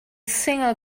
single